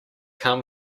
come